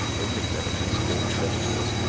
only relatives, or creditors,